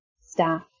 staff